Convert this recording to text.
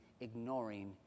ignoring